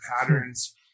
patterns